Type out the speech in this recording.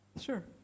Sure